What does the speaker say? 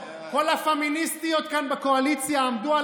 כל הפמיניסטיות כאן בקואליציה עמדו על